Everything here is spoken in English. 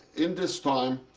in this time,